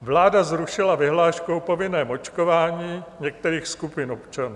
Vláda zrušila vyhláškou povinné očkování některých skupin občanů.